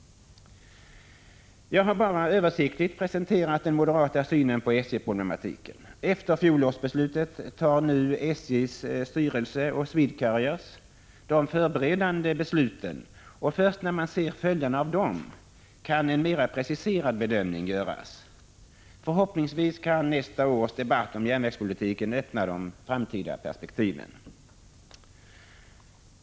Jag har bara översiktligt presenterat den moderata synen på SJ-problematiken. Efter fjolårsbeslutet tar nu SJ:s styrelse och Swedcarriers de förberedande besluten, och först när man ser följderna av dem kan en mera preciserad bedömning göras. Förhoppningsvis kan nästa års debatt om järnvägspolitiken öppna de framtida perspektiven.